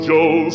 Joe